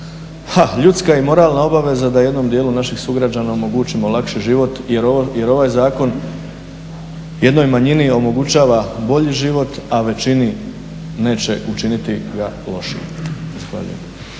naša ljudska i moralna obveza da jednom dijelu naših sugrađana omogućimo lakši život jer ovaj zakon jednoj manjini omogućava bolji život, a većini neće učiniti ga lošijim.